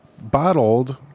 bottled